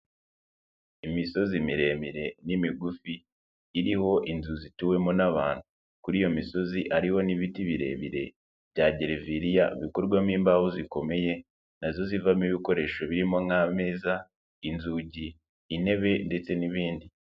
Imisozi miremire n'imigufi iriho inzu zituwemo n'abantu, kuri iyo misozi hariho n'ibiti birebire bya gereveriya bikorwamo imbaho zikomeye, na zo zivamo ibikoresho birimo nk'ameza, inzugi, intebe ndetse n'ibindi.